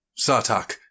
sartak